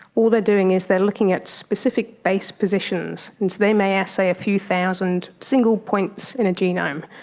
all they are doing is there looking at specific base positions, and so they may assay a few thousand single points in a genome,